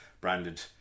branded